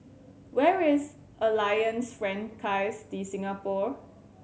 where is Alliance Francaise De Singapour